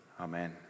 Amen